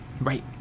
Right